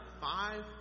five